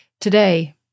today